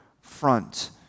front